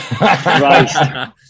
Right